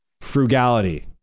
frugality